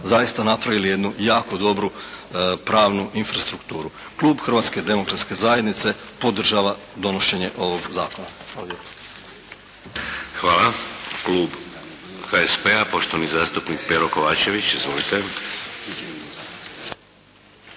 zaista napravili jednu jako dobru pravnu infrastrukturu. Klub Hrvatske demokratske zajednice podržava donošenje ovog Zakona. Hvala lijepo. **Šeks, Vladimir (HDZ)** Hvala. Klub HSP-a, poštovani zastupnik Pero Kovačević. Izvolite